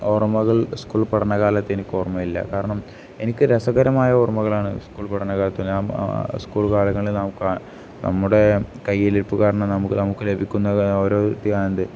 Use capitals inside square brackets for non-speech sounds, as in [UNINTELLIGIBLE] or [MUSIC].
ഓർമ്മകൾ സ്കൂൾ പഠനകാലത്ത് എനിക്ക് ഓർമ്മയില്ല കാരണം എനിക്ക് രസകരമായ ഓർമ്മകളാണ് സ്കൂൾ പഠന കാലത്ത് സ്കൂൾ കാലങ്ങളിൽ നമുക്ക് നമ്മുടെ കയ്യിലിരിപ്പ് കാരണം നമുക്ക് നമുക്ക് ലഭിക്കുന്ന ഓരോ [UNINTELLIGIBLE]